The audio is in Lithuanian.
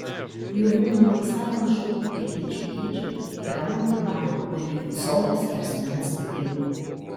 jų būna nuo visai mažų kruopelyčių dydžio iki rankų darbo beveik colio skersmens stikliukų